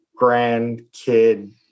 grandkid